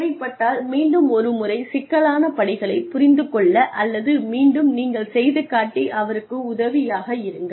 தேவைப்பட்டால் மீண்டும் ஒரு முறை சிக்கலான படிகளைப் புரிந்து கொள்ள அல்லது மீண்டும் நீங்கள் செய்து காட்டி அவருக்கு உதவியாக இருங்கள்